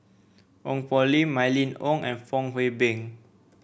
Ong Poh Lim Mylene Ong and Fong Hoe Beng